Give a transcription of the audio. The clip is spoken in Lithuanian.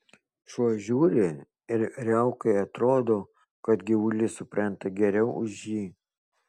šuo žiūri ir riaukai atrodo kad gyvulys supranta geriau už jį